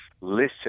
listen